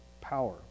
power